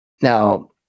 Now